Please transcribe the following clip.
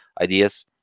ideas